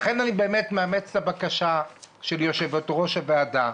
לכן אני מאמץ את הבקשה של יושבת-ראש הוועדה,